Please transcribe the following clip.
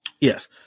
Yes